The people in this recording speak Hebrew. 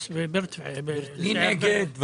מי נגד?